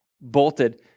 Bolted